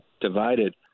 divided